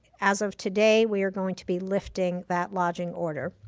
as of today, we are going to be lifting that lodging order.